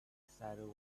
shadow